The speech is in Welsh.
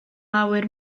awyr